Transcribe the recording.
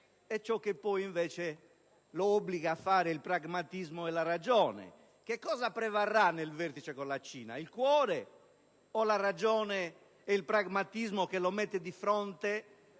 e ciò che invece lo obbligano a fare il pragmatismo e la ragione. Cosa prevarrà nel vertice con la Cina? Il cuore, o la ragione e il pragmatismo, che lo mettono di fronte